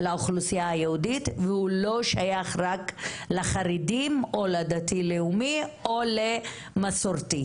לאוכלוסייה היהודית והוא לא שייך רק לחרדים או לדתי לאומי או למסורתי.